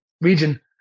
region